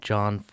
John